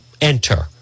enter